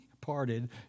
parted